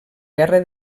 guerra